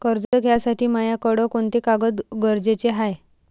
कर्ज घ्यासाठी मायाकडं कोंते कागद गरजेचे हाय?